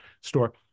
store